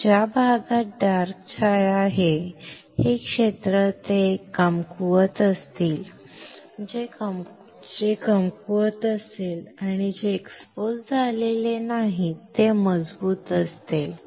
तर ज्या भागात डार्क छाया आहे हे क्षेत्र हे एक ते कमकुवत असतील हे क्षेत्र कमकुवत असतील आणि जे क्षेत्र एक्सपोज आलेले नाहीत ते मजबूत सोपे असतील